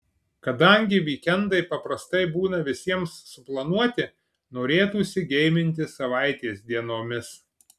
kadangi vykendai paprastai būna visiems suplanuoti norėtųsi geiminti savaitės dienomis